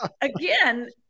again